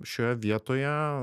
šioje vietoje